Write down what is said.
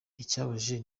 ikibabaje